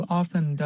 often